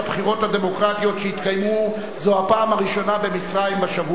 הדמוקרטיות שיתקיימו זו הפעם הראשונה במצרים בשבוע הבא.